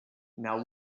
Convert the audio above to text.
now